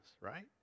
right